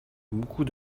beaucoup